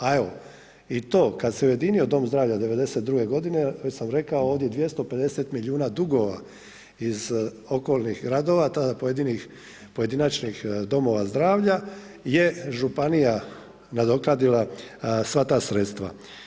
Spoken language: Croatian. A evo i to kada se ujedinio dom zdravlja 92. godine već sam rekao ovdje, 250 milijuna dugova iz okolnih gradova tada pojedinih pojedinačnih domova zdravlja je županija nadoknadila sva ta sredstva.